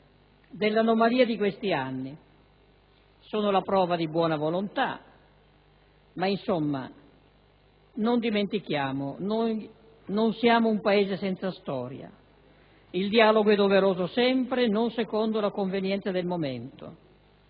dell'anomalia di questi anni; sono la prova di buona volontà ma, non dimentichiamo, noi non siamo un Paese senza storia. Il dialogo è doveroso sempre, non secondo la convenienza del momento